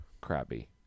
Crabby